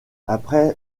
après